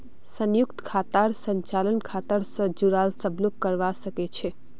संयुक्त खातार संचालन खाता स जुराल सब लोग करवा सके छै